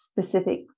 specific